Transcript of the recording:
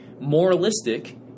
moralistic